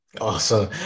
Awesome